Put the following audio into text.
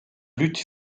lutte